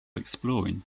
exploring